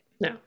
no